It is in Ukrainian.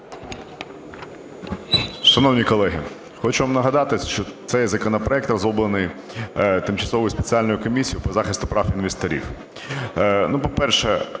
Шановні колеги, хочу вам нагадати, що цей законопроект розроблений Тимчасовою спеціальною комісією по захисту прав інвесторів.